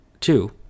Two